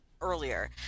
earlier